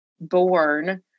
born